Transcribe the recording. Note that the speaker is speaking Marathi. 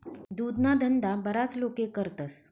दुधना धंदा बराच लोके करतस